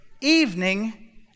evening